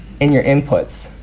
in your inputs,